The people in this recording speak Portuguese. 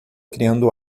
criando